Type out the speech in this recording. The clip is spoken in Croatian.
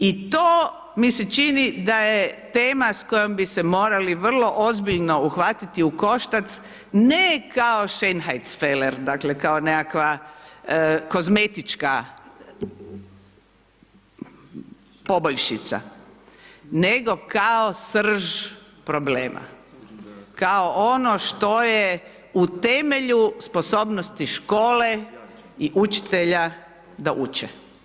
I to mi se čini da je tema s kojom bi se morali vrlo ozbiljno uhvatiti u koštac ne kao scheinhaichfeler, dakle kao nekakva kozmetička poboljšica, nego kao srž problema, kao ono što je u temelju sposobnosti škole i učitelja da uče.